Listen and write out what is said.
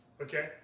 Okay